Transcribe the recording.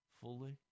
fully